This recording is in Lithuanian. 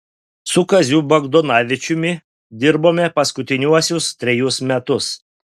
su kaziu bagdonavičiumi dirbome paskutiniuosius trejus metus